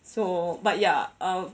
so but ya